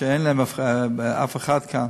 שאין להן אף אחד כאן,